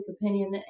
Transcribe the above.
opinion